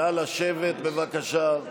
נא לשבת, בבקשה.